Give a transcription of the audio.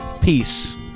Peace